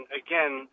again